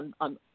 on